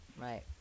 Right